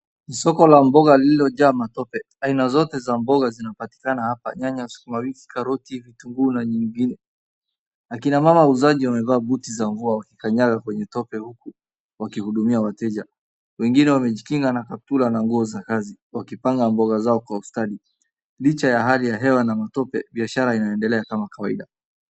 Soko la mboga lililojaa matope. Aina zote za mboga zinapatikana hapa, nyanya, sukuma wiki, karoti, kitunguu na nyingine. Akina mama wauzaji wamevaa buti za nguo wakikanyaga kwenye tope huku wakihudumia wateja. Wengine wamejikinga na kaptula na nguo za kazi wakipanga mboga zao kwa ustadi. Licha ya hali ya hewa na matope, biashara inaendelea kama kawaida.